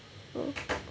mm